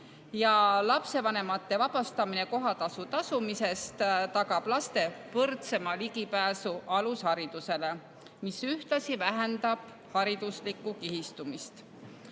Lapsevanemate vabastamine kohatasu tasumisest tagab laste võrdsema ligipääsu alusharidusele, mis ühtlasi vähendab hariduslikku kihistumist.